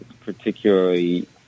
particularly